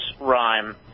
rhyme